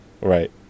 Right